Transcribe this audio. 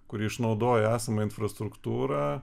kuri išnaudoja esamą infrastruktūrą